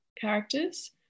characters